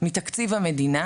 מתקציב המדינה